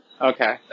Okay